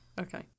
Okay